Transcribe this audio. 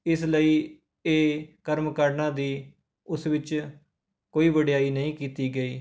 ਇਸ ਲਈ ਇਹ ਕਰਮ ਕਾਂਡਾਂ ਦੀ ਉਸ ਵਿੱਚ ਕੋਈ ਵਡਿਆਈ ਨਹੀਂ ਕੀਤੀ ਗਈ